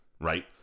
Right